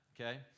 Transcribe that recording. Okay